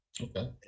Okay